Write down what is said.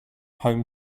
home